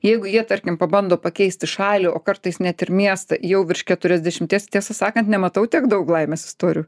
jeigu jie tarkim pabando pakeisti šalį o kartais net ir miestą jau virš keturiasdešimties tiesą sakant nematau tiek daug laimės istorijų